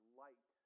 light